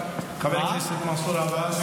חבר הכנסת מנסור עבאס,